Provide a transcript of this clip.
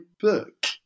book